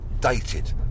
dated